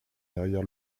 derrière